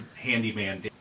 handyman